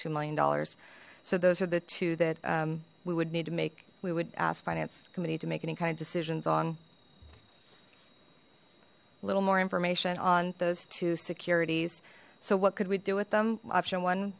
two million dollars so those are the two that we would need to make we would ask finance committee to make any kind of decisions on little more information on those two securities so what could we do with them option one